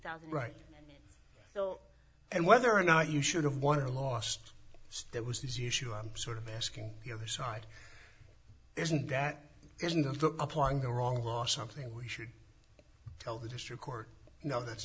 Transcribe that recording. thousand right and whether or not you should have won or lost stay was the easy issue i'm sort of asking the other side isn't that isn't the applying the wrong last something we should tell the district court now that's